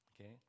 okay